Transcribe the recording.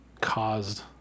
caused